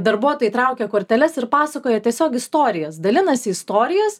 darbuotojai traukia korteles ir pasakoja tiesiog istorijas dalinasi istorijas